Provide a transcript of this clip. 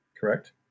correct